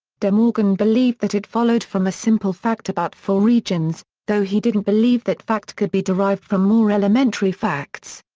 de morgan believed that it followed from a simple fact about four regions, though he didn't believe that fact could be derived from more elementary facts.